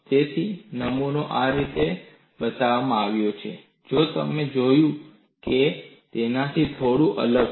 તેથી નમૂનો આ રીતે બતાવવામાં આવ્યો છે જે તમે જોયું હતું તેનાથી થોડું અલગ છે